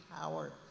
power